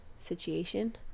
Situation